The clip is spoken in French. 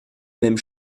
même